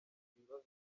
ibibazo